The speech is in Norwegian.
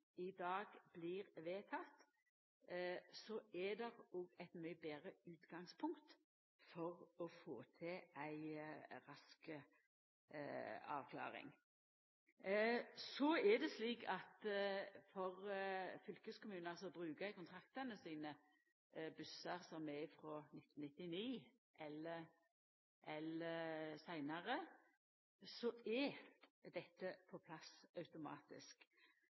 i dag blir vedteken, så er det òg eit mykje betre utgangspunkt for å få til ei rask avklaring. Så er det slik at for fylkeskommunar som bruker i kontraktane sine bussar som er frå 1999 eller seinare, så er dette på plass automatisk.